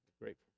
grateful